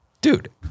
Dude